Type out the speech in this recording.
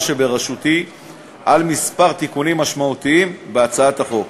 בראשותי על כמה תיקונים משמעותיים בהצעת החוק.